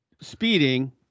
speeding